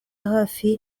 hafi